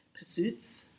pursuits